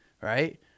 Right